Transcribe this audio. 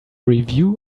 review